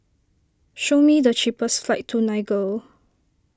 show me the cheapest flights to Niger